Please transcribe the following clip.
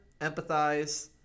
empathize